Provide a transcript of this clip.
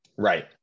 Right